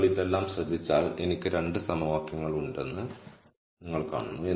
നിങ്ങൾ ഇതെല്ലാം ശ്രദ്ധിച്ചാൽ എനിക്ക് 2 സമവാക്യങ്ങൾ ഉണ്ടെന്ന് നിങ്ങൾ കാണുന്നു